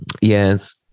Yes